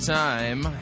time